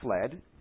fled